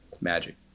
Magic